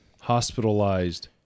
hospitalized